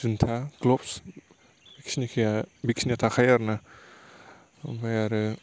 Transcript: जुनथा ग्ल'भस बेखिनिखाया बेखिनिया थाखायो आरोना ओमफ्राय आरो